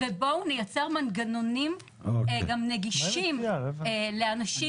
ובואו נייצר מנגנונים גם נגישים לאנשים